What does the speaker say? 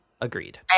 agreed